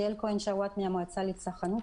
אני יעל כהן שאואט מהמועצה לצרכנות.